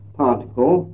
particle